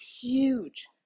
huge